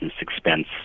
expense